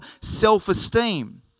self-esteem